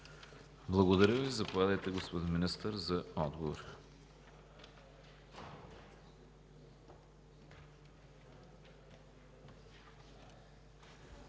Благодаря Ви. Заповядайте, господин Министър, за отговор.